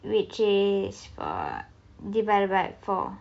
which is divided by four